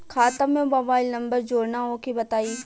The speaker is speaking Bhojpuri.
खाता में मोबाइल नंबर जोड़ना ओके बताई?